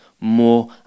more